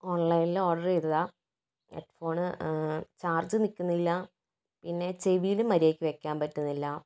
ഓൺലൈൻനിൽ order ചെയ്തതാണ് head phone charge നിൽക്കുന്നില്ല പിന്നെ ചെവിയിലും മര്യാദയ്ക്ക് വെക്കാൻ പറ്റുന്നില്ല